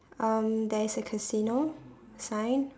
um there's a casino sign